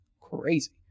crazy